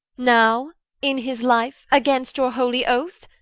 now in his life, against your holy oath?